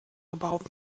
überhaupt